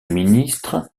ministre